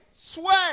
Sway